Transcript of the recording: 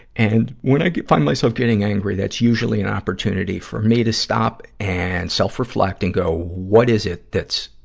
and when i find myself getting angry, that's usually an opportunity for me to stop and self-reflect and go, what is it that's,